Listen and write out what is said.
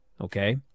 okay